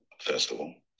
festival